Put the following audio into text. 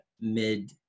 mid